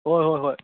ꯍꯣꯏ ꯍꯣꯏ ꯍꯣꯏ